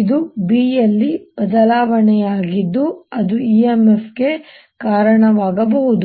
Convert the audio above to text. ಇದು B ಯಲ್ಲಿ ಬದಲಾವಣೆಯಾಗಿದ್ದು ಅದು EMF ಗೆ ಕಾರಣವಾಗಬಹುದು